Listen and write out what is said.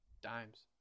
dimes